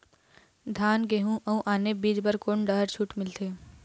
धान गेहूं अऊ आने बीज बर कोन डहर छूट मिलथे?